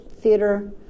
Theater